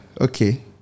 okay